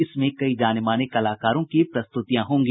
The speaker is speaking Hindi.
इसमें कई जानेमाने कलाकारों की प्रस्तुतियां होंगी